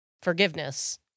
forgiveness